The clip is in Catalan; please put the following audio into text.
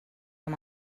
amb